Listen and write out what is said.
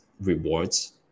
rewards